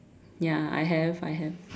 ya I have I have